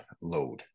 load